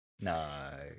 No